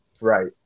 Right